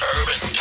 Urban